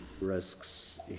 risks